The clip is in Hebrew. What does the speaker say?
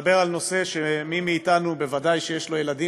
ולדבר על נושא שמי מאתנו שיש לו ילדים